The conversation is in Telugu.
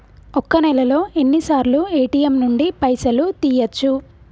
ఒక్క నెలలో ఎన్నిసార్లు ఏ.టి.ఎమ్ నుండి పైసలు తీయచ్చు?